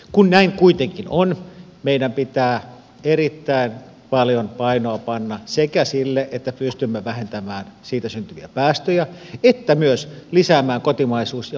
kun näin kuitenkin on meidän pitää erittäin paljon painoa panna sekä sille että pystymme vähentämään siitä syntyviä päästöjä että sille että pystymme myös lisäämään kotimaisuus ja omavaraisuusastetta